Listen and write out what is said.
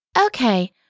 Okay